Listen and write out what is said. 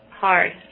Hard